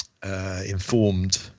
Informed